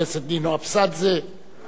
אחריה,